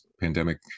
pandemic